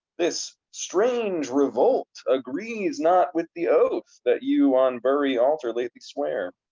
this strange revolt agrees not with the oath that you on bury altar lately sware.